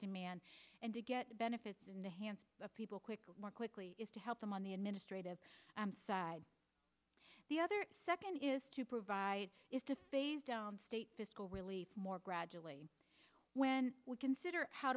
demand and to get benefits in the hands of people quickly more quickly is to help them on the administrative side the other second is to provide is to phase state fiscal relief more gradually when we consider how